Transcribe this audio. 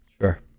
Sure